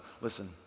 listen